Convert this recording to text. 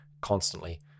constantly